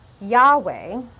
Yahweh